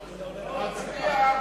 להצביע.